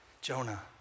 Jonah